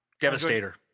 Devastator